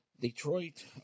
Detroit